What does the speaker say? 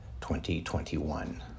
2021